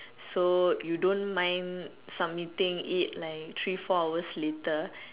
so you don't mind submitting it like three four hours later